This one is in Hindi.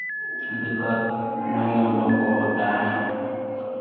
दिक्कत नहीं हम लोग को होता है